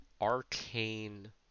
arcane